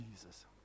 jesus